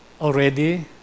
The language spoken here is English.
already